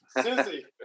Susie